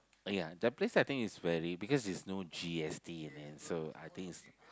ya the place I think is very because there's no G_S_T in it so I think is